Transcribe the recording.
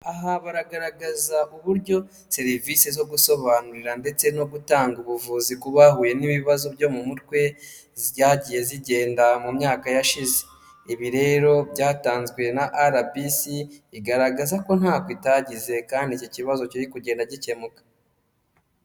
Aha bagaragaza uburyo serivisi zo gusobanurira ndetse no gutanga ubuvuzi ku bahuye n'ibibazo byo mu mutwe zagiye zigenda mu myaka yashize. Ibi rero byatanzwe na RBC igaragaza ko ntako itagize kandi iki kibazo kiri kugenda gikemuka.